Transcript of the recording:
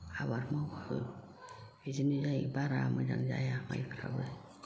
आबाद मावबाबो बिदिनो जायो बारा मोजां जाया माइफ्राबो